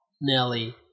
Nelly